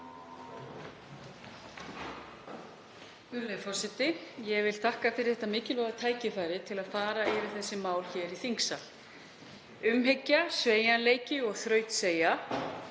Virðulegi forseti. Ég vil þakka fyrir þetta mikilvæga tækifæri til að fara yfir þessi mál hér í þingsal. Umhyggja, sveigjanleiki og þrautseigja